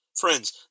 Friends